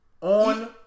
on